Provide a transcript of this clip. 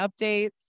updates